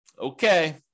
Okay